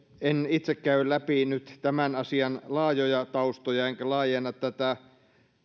en itse nyt käy läpi tämän asian laajoja taustoja enkä laajenna tätä